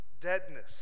deadness